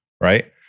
right